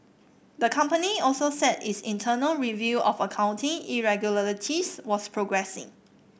the company also said its internal review of accounting irregularities was progressing